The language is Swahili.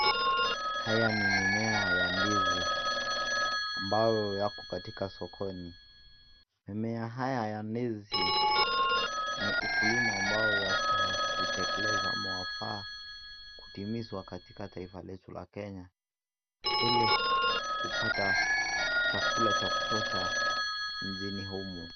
Haya ni mimea ya ndizi ambayo yako katika sokoni ,mimea haya ya ndizi ni ukulima ambayo wafaa kutekeleza ama wafaa Kutimizwa katika taifa letu la Kenya ili kupata chakula cha kutoa cha nchini humu.